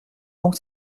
donc